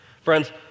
Friends